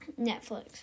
Netflix